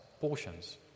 portions